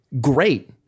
great